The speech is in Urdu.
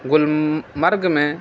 گل مرگ میں